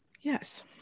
yes